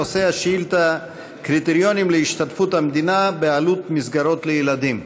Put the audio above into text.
נושא השאילתה: קריטריונים להשתתפות המדינה בעלות מסגרות לילדים.